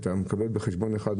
אתה מקבל בחשבון אחד,